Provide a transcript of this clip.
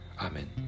Amen